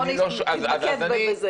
בוא נתמקד בזה.